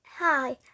Hi